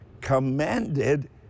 commanded